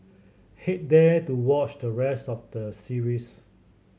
head there to watch the rest of the series